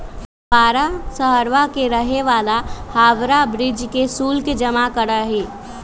हवाड़ा शहरवा के रहे वाला हावड़ा ब्रिज के शुल्क जमा करा हई